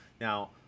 Now